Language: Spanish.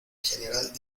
general